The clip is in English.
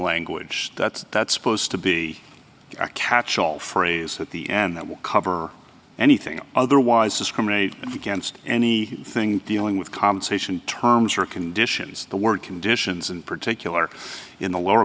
language that's that's supposed to be a catch all phrase at the end that will cover anything otherwise discriminate against any thing dealing with compensation terms or conditions the word conditions in particular in the lower